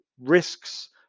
risks